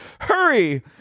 Hurry